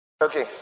Okay